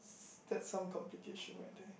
that's some complication right there